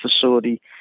facility